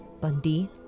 Bundy